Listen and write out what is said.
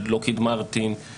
של לוקהיד מרטין,